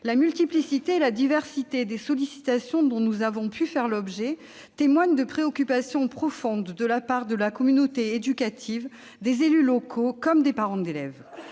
La multiplicité et la diversité des sollicitations dont nous avons pu faire l'objet témoignent des préoccupations profondes de la communauté éducative, des élus locaux et des parents d'élèves.